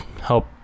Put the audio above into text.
Help